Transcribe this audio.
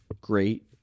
great